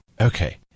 Okay